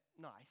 nice